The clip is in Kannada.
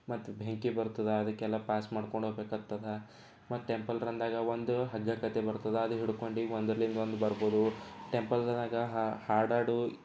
ಮತ್ತೆ ಬೆಂಕಿ ಬರ್ತದೆ ಅದಕ್ಕೆಲ್ಲ ಪಾಸ್ ಮಾಡ್ಕೊಂಡೋಗ್ಬೇಕಾಗ್ತದೆ ಮತ್ತೆ ಟೆಂಪಲ್ ರನ್ದಾಗೆ ಒಂದು ಹಗ್ಗ ಗತೆ ಬರ್ತದೆ ಅದು ಹಿಡ್ಕೊಂಡು ಒಂದರಲ್ಲಿಂದೊಂದು ಬರ್ಬೋದು ಟೆಂಪಲ್ದಾಗ ಹಾಡಾಡು